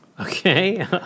Okay